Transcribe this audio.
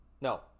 no